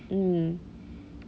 mm